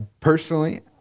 personally